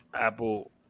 Apple